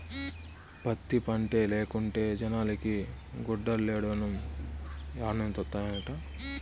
పత్తి పంటే లేకుంటే జనాలకి గుడ్డలేడనొండత్తనాయిట